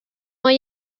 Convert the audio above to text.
hay